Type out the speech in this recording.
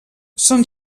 són